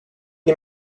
est